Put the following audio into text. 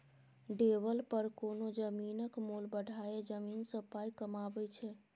developer कोनो जमीनक मोल बढ़ाए जमीन सँ पाइ कमाबै छै